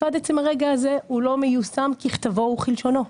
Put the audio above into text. ועד עצם היום הזה לא מיושם ככתבו וכלשונו?